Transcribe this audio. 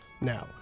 Now